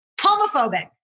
homophobic